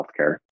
healthcare